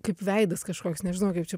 kaip veidas kažkoks nežinau kaip čia